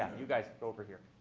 you guys, over here.